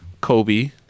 kobe